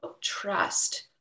trust